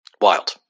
Wild